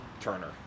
Turner